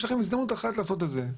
יש לכם הזדמנות אחת לעשות את זה,